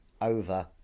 over